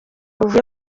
buvuye